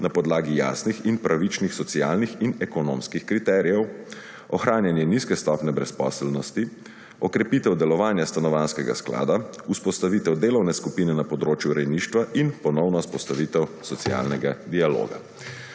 na podlagi jasnih in pravičnih socialnih in ekonomskih kriterijev, ohranjanje nizke stopnje brezposelnosti, okrepitev delovanja Stanovanjskega sklada, vzpostavitev delovne skupine na področju rejništva in ponovna vzpostavitev socialnega dialoga.